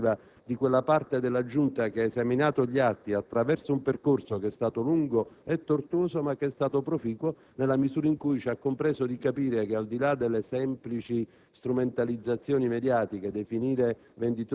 Penso di interpretare così la maggioranza effettiva di quella parte della Giunta che ha esaminato gli atti attraverso un percorso lungo e tortuoso, ma proficuo, nella misura in cui ci ha consentito di capire che, al di là delle semplici